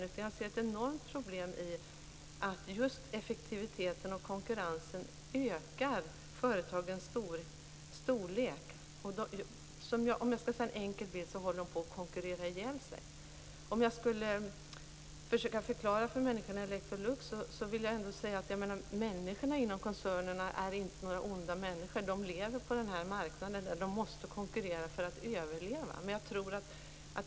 Jag ser ett enormt problem i att just effektiviteten och konkurrensen ökar företagens storlek. Om jag skall ta en enkel bild kan jag säga att de håller på att konkurrera ihjäl sig. Ett försök till en förklaring till människorna på Electrolux får bli att människorna inom koncernerna inte är några onda människor. De lever på marknaden, och de måste konkurrera för att överleva.